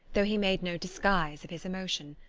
though he made no disguise of his emotion.